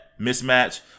mismatch